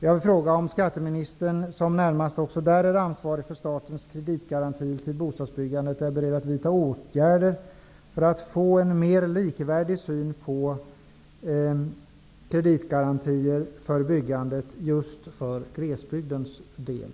Jag vill fråga om skatteministern, som också närmast är ansvarig för statens kreditgarantier till bostadsbyggandet, är beredd att vidta åtgärder för att få till stånd en mer likvärdig syn på kreditgarantier när det gäller byggandet just för glesbygdens del.